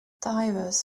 divers